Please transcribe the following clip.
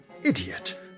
idiot